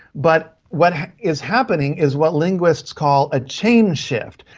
but what is happening is what linguists call a chain shift,